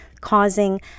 causing